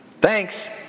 Thanks